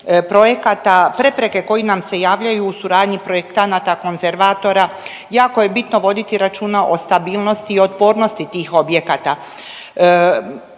projekata, prepreke koji nam se javljaju u suradnji projektanata, konzervatora. Jako je bitno voditi računa o stabilnosti i otpornosti tih objekata.